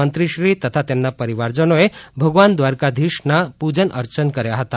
મંત્રીશ્રી તથા તેમના પરીવારજનોએ ભગવાન દ્વારકાધીશના પૂજન અર્ચન કર્યા હતા